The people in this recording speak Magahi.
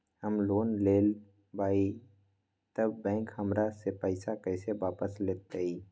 हम लोन लेलेबाई तब बैंक हमरा से पैसा कइसे वापिस लेतई?